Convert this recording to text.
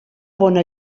bona